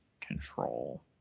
control